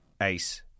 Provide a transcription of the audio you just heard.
Ace